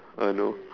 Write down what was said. uh no